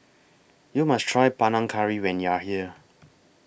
YOU must Try Panang Curry when YOU Are here